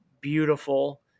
beautiful